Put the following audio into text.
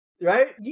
Right